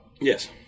Yes